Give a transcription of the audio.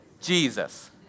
Jesus